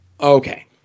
Okay